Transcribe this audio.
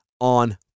on